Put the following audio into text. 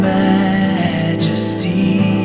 majesty